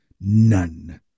None